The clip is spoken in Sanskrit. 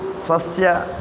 स्वस्य